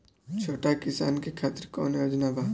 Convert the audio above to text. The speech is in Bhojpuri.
छोटा किसान के खातिर कवन योजना बा?